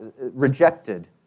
rejected